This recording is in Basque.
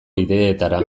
bideetara